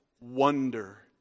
wonder